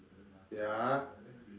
ya